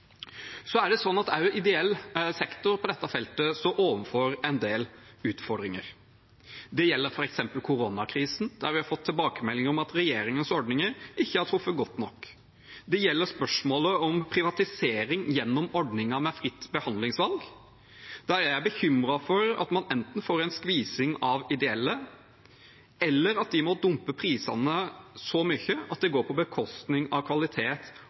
ideell sektor på dette feltet står overfor en del utfordringer. Det gjelder f.eks. koronakrisen, der vi har fått tilbakemeldinger om at regjeringens ordninger ikke har truffet godt nok. Det gjelder spørsmålet om privatisering gjennom ordningen med fritt behandlingsvalg. Der er jeg bekymret for at man enten får en skvising av ideelle, eller at de må dumpe prisene så mye at det går på bekostning av kvalitet